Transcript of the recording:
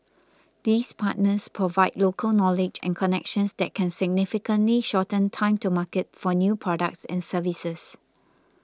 these partners provide local knowledge and connections that can significantly shorten time to market for new products and services